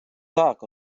так